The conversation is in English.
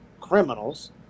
criminals